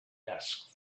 asked